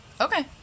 Okay